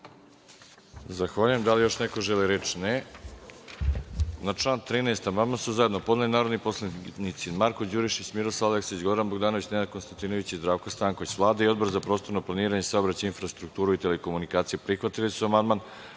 Zahvaljujem. Da li još neko želi reč? (Ne.)Na član 13. amandman su zajedno podneli narodni poslanici Marko Đurišić, Miroslav Aleksić, Goran Bogdanović, Nenad Konstantinović i Zdravko Stanković. Vlada i Odbor za prostorno planiranje, saobraćaj, infrastrukturu, telekomunikacije prihvatili su